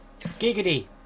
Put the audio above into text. Giggity